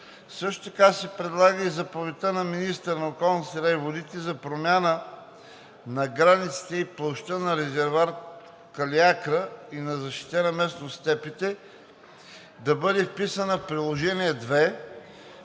Също така се предлага Заповедта на министъра на околната среда и водите за промяна на границите и площта на резерват „Калиакра“ и на защитена местност „Степите“ да бъде вписана в Приложение №